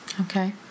Okay